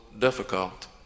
difficult